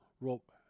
rope